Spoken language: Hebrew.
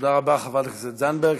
תודה רבה, חברת הכנסת זנדברג.